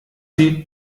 sie